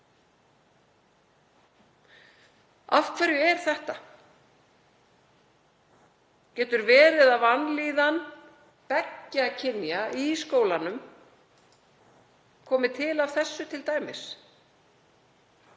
Af hverju er þetta? Getur verið að vanlíðan beggja kynja í skólanum komi til af þessu t.d.,